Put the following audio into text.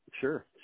sure